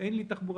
אין לנו מרכזים